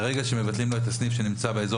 ברגע שמבטלים לו את הסניף שנמצא באזור